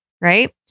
Right